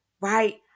right